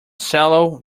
shallow